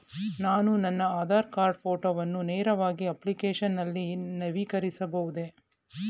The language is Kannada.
ನಾನು ನನ್ನ ಆಧಾರ್ ಕಾರ್ಡ್ ಫೋಟೋವನ್ನು ನೇರವಾಗಿ ಅಪ್ಲಿಕೇಶನ್ ನಲ್ಲಿ ನವೀಕರಿಸಬಹುದೇ?